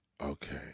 Okay